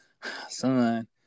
son